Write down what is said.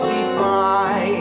Defy